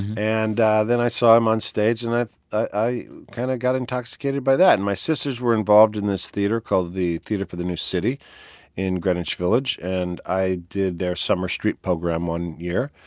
and then i saw him on stage, and i kind of got intoxicated by that and my sisters were involved in this theater called the theater for the new city in greenwich village. and i did their summer street program one year.